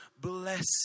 bless